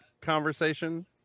conversation